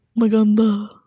Maganda